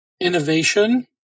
innovation